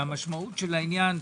והמשמעות של העניין,